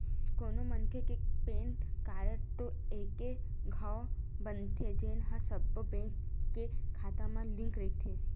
कोनो मनखे के पेन कारड तो एके घांव बनथे जेन ह सब्बो बेंक के खाता म लिंक रहिथे